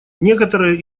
некоторые